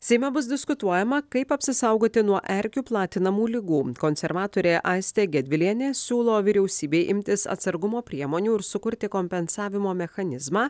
seime bus diskutuojama kaip apsisaugoti nuo erkių platinamų ligų konservatorė aistė gedvilienė siūlo vyriausybei imtis atsargumo priemonių ir sukurti kompensavimo mechanizmą